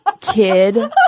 kid